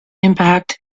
impact